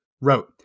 wrote